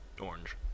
orange